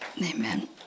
Amen